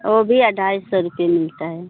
ओ भी ढाई सौ रुपिए मिलता है